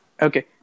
Okay